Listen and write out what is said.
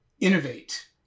innovate